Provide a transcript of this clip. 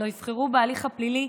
לא יבחרו בהליך הפלילי,